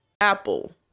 Apple